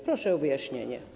Proszę o wyjaśnienie.